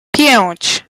pięć